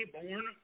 born